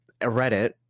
Reddit